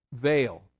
veil